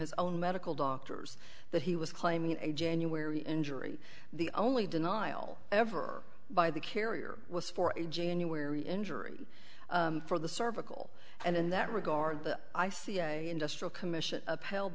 his own medical doctors that he was claiming a january injury the only denial ever by the carrier was for a january injury for the cervical and in that regard the i c a industrial commission upheld